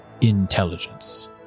intelligence